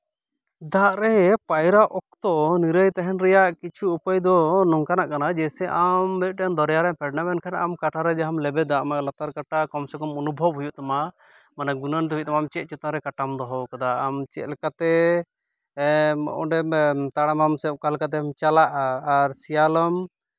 ᱫᱟᱜ ᱨᱮ ᱯᱟᱭᱨᱟᱜ ᱚᱠᱛᱚ ᱱᱤᱨᱟᱹᱭ ᱛᱟᱦᱮᱱ ᱨᱮᱭᱟᱜ ᱠᱤᱪᱷᱩ ᱩᱯᱟᱹᱭ ᱫᱚ ᱱᱚᱝᱠᱟᱱᱟᱜ ᱠᱟᱱᱟ ᱡᱮᱭᱥᱮ ᱟᱢ ᱢᱤᱫᱴᱮᱱ ᱫᱚᱨᱭᱟ ᱨᱮᱢ ᱯᱷᱮᱰ ᱮᱱᱟ ᱢᱮᱱᱠᱷᱟᱱ ᱟᱢ ᱠᱟᱴᱟ ᱨᱮ ᱡᱟᱦᱟᱸᱢ ᱞᱮᱵᱮᱫᱟ ᱟᱢᱟᱜ ᱞᱟᱛᱟᱨ ᱠᱟᱴᱟ ᱠᱚᱢ ᱥᱮ ᱠᱚᱢ ᱚᱱᱩᱵᱷᱚᱵ ᱦᱩᱭᱩᱜ ᱛᱟᱢᱟ ᱢᱟᱱᱮ ᱜᱩᱱᱟᱹᱱᱚᱜ ᱦᱩᱭᱩᱜ ᱛᱟᱢᱟ ᱪᱮᱫ ᱪᱮᱛᱟᱢ ᱨᱮ ᱟᱢ ᱠᱟᱴᱟᱢ ᱫᱚᱦᱚᱣᱟᱠᱟᱫᱟ ᱟᱢ ᱪᱮᱫᱞᱮᱠᱟᱛᱮ ᱚᱸᱰᱮᱢ ᱛᱟᱲᱟᱢᱟᱢ ᱥᱮ ᱚᱠᱟᱞᱮᱠᱟᱛᱮᱢ ᱪᱟᱞᱟᱜᱼᱟ ᱟᱨ ᱥᱮᱭᱟᱞᱚᱢ